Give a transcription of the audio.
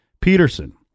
Peterson